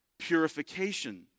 purification